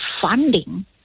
funding